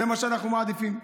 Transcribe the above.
זה מה שאנחנו מעדיפים.